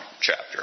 chapter